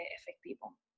efectivo